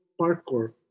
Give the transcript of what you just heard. parkour